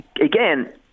again